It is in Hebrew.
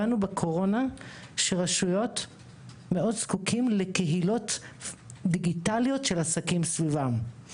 הבנו בקורונה שרשויות זקוקות מאוד לקהילות דיגיטליות של עסקים סביבן.